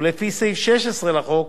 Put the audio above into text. לפי סעיף 16 לחוק,